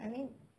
I mean